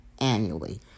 Annually